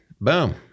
boom